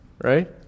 Right